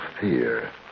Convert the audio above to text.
fear